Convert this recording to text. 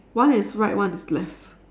one is right one is left